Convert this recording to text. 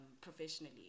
professionally